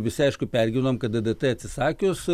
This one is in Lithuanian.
visi aišku pergyvenom kada d d t atsisakius